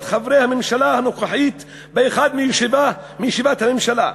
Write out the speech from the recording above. חברי הממשלה הנוכחית באחת מישיבות הממשלה.